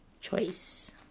choice